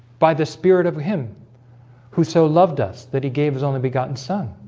by the spirit of him who so loved us that he gave his only begotten son